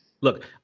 Look